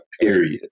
Period